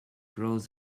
girls